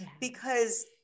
because-